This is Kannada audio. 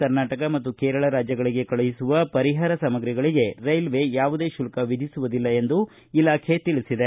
ಕರ್ನಾಟಕ ಮತ್ತು ಕೇರಳ ರಾಜ್ಯಗಳಿಗೆ ಕಳುಹಿಸುವ ಪರಿಹಾರ ಸಾಮಗಿಗಳಿಗೆ ರೈಲ್ವೇ ಯಾವುದೇ ಶುಲ್ಕ ವಿಧಿಸುವುದಿಲ್ಲ ಎಂದು ಇಲಾಖೆ ತಿಳಿಸಿದೆ